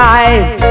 eyes